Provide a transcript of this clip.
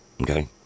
Okay